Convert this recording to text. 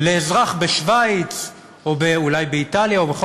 לאזרח בשווייץ או אולי באיטליה או בכל